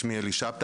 שיישב ביחד,